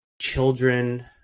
children